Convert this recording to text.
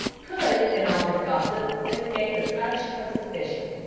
could in all this gossip escape a touch of suspicion.